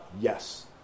Yes